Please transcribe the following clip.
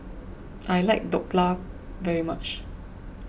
I like Dhokla very much